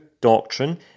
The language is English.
doctrine